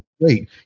great